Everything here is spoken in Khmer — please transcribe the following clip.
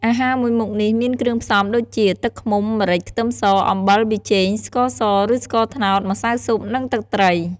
អាហារមួយមុខនេះមានគ្រឿងផ្សំដូចជា ទឹកឃ្មុំ ម្រេច ខ្ទឹមស អំបិល ប៊ីចេង ស្ករសឬស្ករត្នោត ម្សៅស៊ុប និងទឹកត្រី។